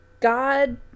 god